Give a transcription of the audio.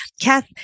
kath